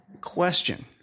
Question